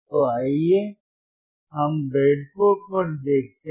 तो आइए हम ब्रेडबोर्ड पर देखते हैं